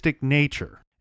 nature